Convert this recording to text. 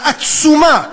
העצומה,